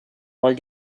are